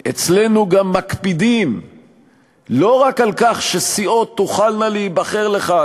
אצלנו גם מקפידים לא רק על כך שסיעות תוכלנה להיבחר לכאן,